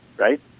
right